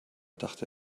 dachte